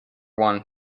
won